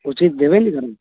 उचित देबे ने करब